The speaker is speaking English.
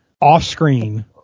off-screen